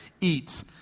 eat